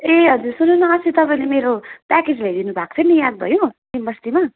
ए हजुर सुन्नु न अस्ति तपाईँले मेरो प्याकेज ल्याइदिनुभएको थियो नि याद भयो लिम बस्तीमा